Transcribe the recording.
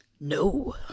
No